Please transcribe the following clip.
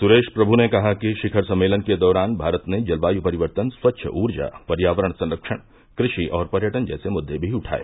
सुरेश प्रभू ने कहा कि शिखर सम्मेलन के दौरान भारत ने जलवायु परिवर्तन स्वच्छ ऊर्जा पर्यावरण संरक्षण कृषि और पर्यटन जैसे मुद्दे भी उठाये